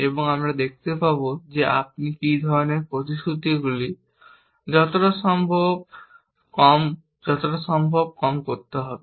এবং আমরা দেখতে পাব যে আপনি কি ধরনের প্রতিশ্রুতিগুলি যতটা সম্ভব কম করতে হবে